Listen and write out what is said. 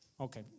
Okay